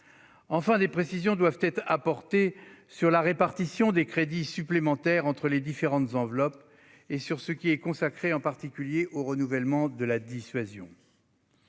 Ensuite, des précisions doivent être apportées sur la répartition des crédits supplémentaires entre les différentes enveloppes, et sur ce qui est consacré, en particulier, au renouvellement de la dissuasion.